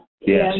Yes